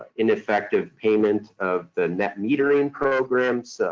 ineffective payment of the net metering programs.